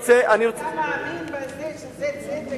מאמין בזה שזה צדק?